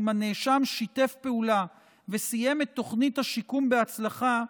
אם הנאשם שיתף פעולה וסיים את תוכנית השיקום בהצלחה,